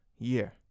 year